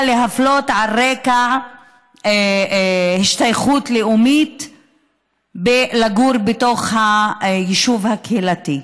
להפלות על רקע השתייכות לאומית מגורים בתוך היישוב הקהילתי.